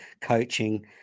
coaching